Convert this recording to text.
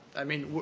i mean,